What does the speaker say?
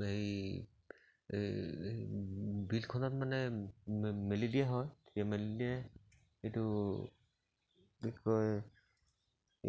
হেৰি এই বিলখনত মানে মেলি দিয়া হয় সেই মেলি দিয়ে এইটো কি কয়